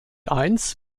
eins